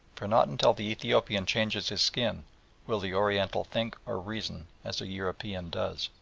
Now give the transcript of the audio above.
for not until the ethiopian changes his skin will the oriental think or reason as a european does.